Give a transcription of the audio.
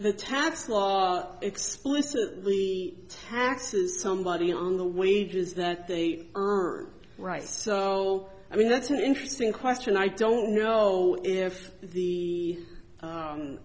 the tax law explicitly taxes somebody on the wages that they heard so i mean that's an interesting question i don't know if the